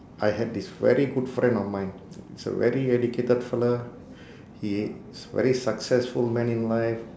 I had this very good friend of mine he's a very dedicated fellow he is very successful man in life